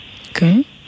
Okay